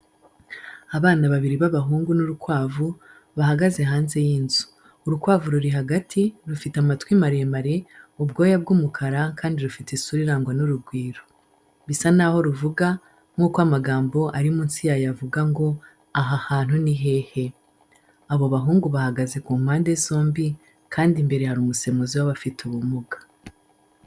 Abana babiri b'abahungu n'urukwavu, bahagaze hanze y'inzu. Urukwavu ruri hagati, rufite amatwi maremare, ubwoya bw'umukara kandi rufite isura irangwa n'urugwiro. Bisa naho ruvuga, nk'uko amagambo ari munsi yayo avuga ngo: "Aha hantu ni hehe?" Abo bahungu bahagaze ku mpande zombi, kandi imbere hari umusemuzi w'abafite ubumuga.